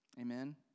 amen